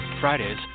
Fridays